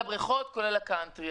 בבריכות, ובקאנטרי.